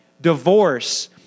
divorce